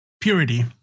Purity